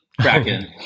kraken